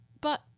But